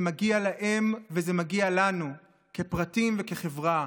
זה מגיע להם וזה מגיע לנו כפרטים וכחברה,